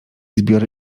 zbiory